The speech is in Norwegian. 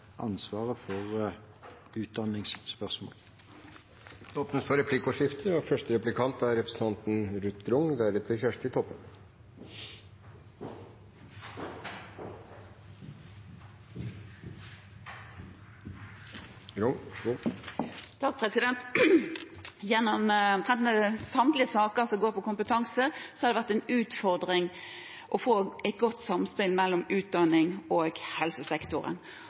ansvaret for utdanningsspørsmål. Det blir replikkordskifte. Gjennom omtrent samtlige saker som går på kompetanse, har det vært en utfordring å få et godt samspill mellom utdanningssektoren og helsesektoren.